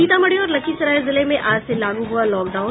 सीतामढ़ी और लखीसराय जिले में आज से लागू हुआ लॉकडाउन